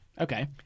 Okay